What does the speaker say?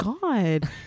God